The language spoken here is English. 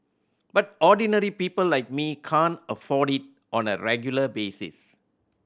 but ordinary people like me can't afford it on a regular basis